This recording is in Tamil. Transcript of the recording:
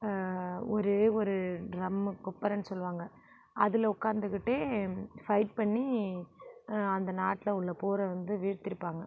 ஒரே ஒரு ட்ரம்மை கொப்பறைன்னு சொல்வாங்க அதில் உட்காந்துக்கிட்டே ஃபைட் பண்ணி அந்த நாட்டில் உள்ள போரை வந்து வீழ்த்திருப்பாங்க